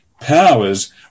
powers